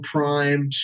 Prime